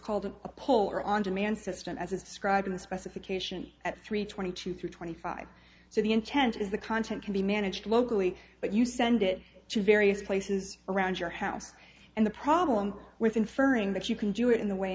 called a poll or on demand system as it's described in the specification at three twenty two through twenty five so the intent is the content can be managed locally but you send it to various places around your house and the problem with inferring that you can do it in the way